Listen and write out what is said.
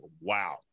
wow